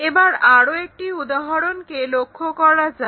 এবার আরো একটি উদাহরণকে লক্ষ্য করা যাক